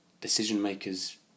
decision-makers